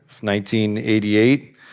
1988